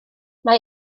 mae